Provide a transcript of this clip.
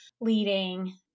leading